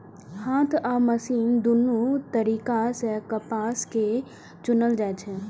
हाथ आ मशीन दुनू तरीका सं कपास कें चुनल जाइ छै